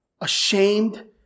ashamed